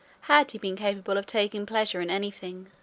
had he been capable of taking pleasure in anything